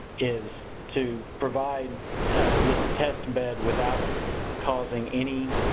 is to provide this test bed without causing any